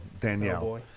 Danielle